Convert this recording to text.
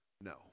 No